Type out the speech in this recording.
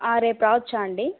ఆ రేపు రావచ్చా అండి